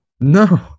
No